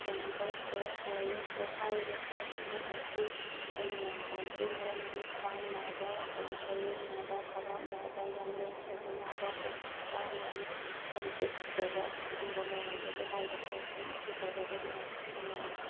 triangle pose warrior pose ꯍꯥꯏꯔꯤꯕ ꯄꯣꯁꯁꯤꯡ ꯑꯁꯤ ꯑꯩꯅ ꯌꯥꯝ ꯄꯥꯝꯖꯩ ꯃꯔꯝꯗꯤ ꯈ꯭ꯋꯥꯡ ꯅꯥꯕ ꯑꯗꯒꯤ ꯁꯩꯌꯦꯡ ꯅꯥꯕ ꯊꯕꯥꯛ ꯅꯥꯕ ꯌꯥꯡꯂꯦꯟ ꯁꯔꯨ ꯅꯥꯕ ꯀꯣꯛ ꯆꯤꯛꯄ ꯑꯃꯗꯤ ꯈꯣꯡ ꯈꯨꯠ ꯁꯤꯗꯕ ꯑꯁꯤꯒꯨꯝꯕ ꯃꯌꯥꯝꯗꯒꯤ ꯍꯥꯏꯔꯤꯕ ꯄꯣꯁꯁꯤꯡ ꯑꯁꯤ ꯇꯧꯔꯒꯗꯤ ꯉꯥꯛꯊꯣꯛꯄ ꯉꯝꯃꯤ